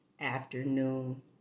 afternoon